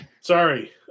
Sorry